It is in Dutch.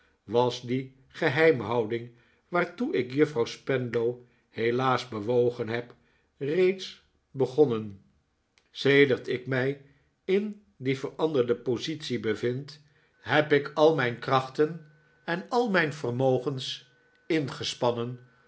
was die geheimhouding waartoe ik juffrouw spenlow helaas bewogen heb reeds begonnen sedert ik mij in die veranderde positie bevind heb ik al mijn krachten en al mijn mijnheer spenlow's testament vermogens ingespannen